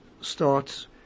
starts